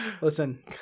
Listen